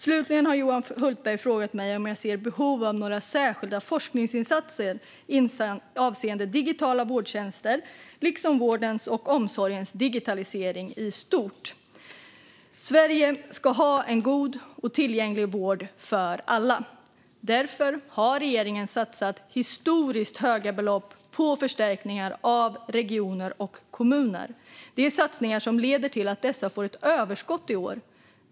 Slutligen har Johan Hultberg frågat mig om jag ser behov av några särskilda forskningsinsatser avseende digitala vårdtjänster liksom om vårdens och omsorgens digitalisering i stort. Sverige ska ha en god och tillgänglig vård för alla. Därför har regeringen satsat historiskt höga belopp på förstärkningar av regioner och kommuner. Det är satsningar som leder till att dessa får ett överskott i år.